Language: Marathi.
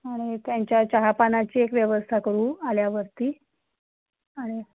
आणि त्यांच्या चहापानाची एक व्यवस्था करू आल्यावरती आणि